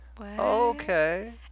okay